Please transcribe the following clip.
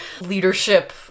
leadership